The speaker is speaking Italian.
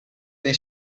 dei